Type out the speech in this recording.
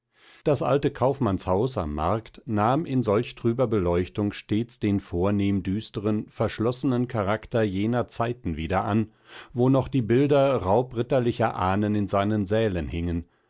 das alte kaufmannshaus am markt nahm in solch trüber beleuchtung stets den vornehm düsteren verschlossenen charakter jener zeiten wieder an wo noch die bilder raubritterlicher ahnen in seinen sälen hingen